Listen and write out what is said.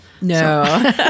No